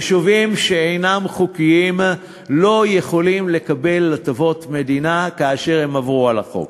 יישובים שאינם חוקיים לא יכולים לקבל הטבות מדינה כאשר הם עברו על החוק.